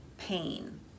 pain